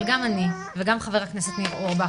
אבל גם אני וגם חבר הכנסת ניר אורבך,